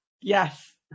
Yes